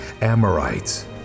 Amorites